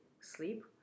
sleep